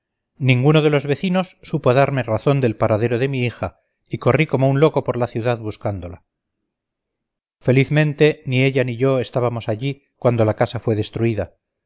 ninguno de los vecinos supo darme razón del paradero de mi hija y corrí como un loco por la ciudad buscándola felizmente ni ella ni yo estábamos allí cuando la casa fue destruida